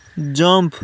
jump